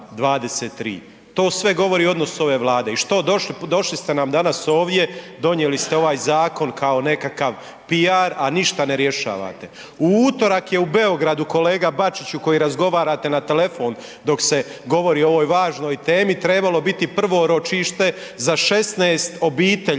To sve govori o odnosu ove Vlade i što došli ste nam danas ovdje, donijeli ste ovaj zakon kao nekakav piar, a ništa ne rješavate. U utorak je u Beogradu kolega Bačiću, koji razgovarate na telefon dok se govori o ovoj važnoj temi, trebalo biti prvo ročište za 16 obitelji